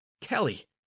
Kelly